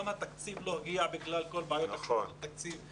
מה גם שהתקציב לא הגיע בגלל כל בעיות אישור תקציב המדינה.